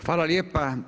Hvala lijepa.